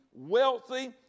Wealthy